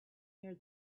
near